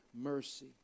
mercy